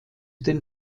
den